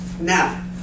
now